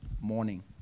morning